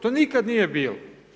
To nikad nije bilo.